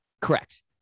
correct